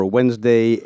Wednesday